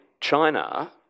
China